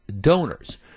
donors